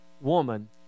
woman